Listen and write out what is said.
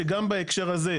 שגם בהקשר הזה,